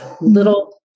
little